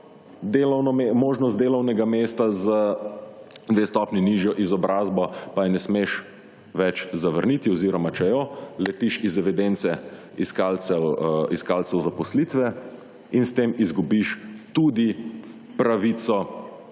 možnost delovnega mesta za dve stopnji nižjo izobrazbo pa je ne smeš več zavrniti oziroma če jo letiš iz evidence iskalcev zaposlitve in s tem izgubiš tudi pravico